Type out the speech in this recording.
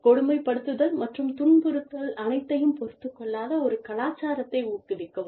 கொடுமைப்படுத்துதல் மற்றும் துன்புறுத்தல் அனைத்தையும் பொறுத்துக்கொள்ளாத ஒரு கலாச்சாரத்தை ஊக்குவிக்கவும்